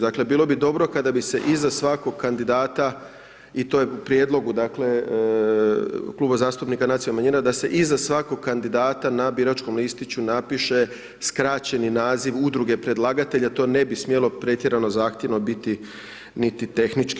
Dakle, bilo bi dobro kada bi se iza svakog kandidata i to je u prijedlogu Kluba zastupnika Nacionalnog manjina, da se iza svakog kandidata, na biračkom listiću napiše skraćeni naziv udruge predlagatelja, to ne bi smjelo pretjerano, zahtjevno biti niti tehnički.